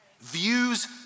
views